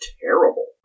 terrible